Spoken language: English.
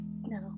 No